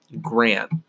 Grant